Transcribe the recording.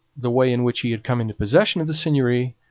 the way in which he had come into possession of the seigneury,